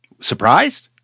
Surprised